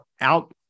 out